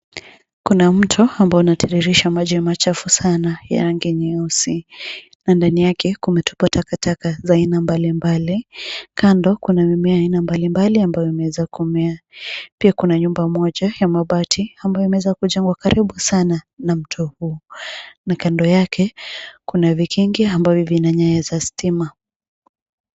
Kuna mto ambao unatiririsha maji machafu sana ya rangi nyeusi na ndani yake kumetupwa takataka za aina mbalimbali. Kando kuna mimea ya aina mbalimbali ambayo imweza kumea. Pia kuna nyumba moja ya mabati ambayo imeweza kujengwa karibu sana na mto huo. Na kando yake kuna vikingi ambavyo vina nyaya za stima.